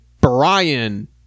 Brian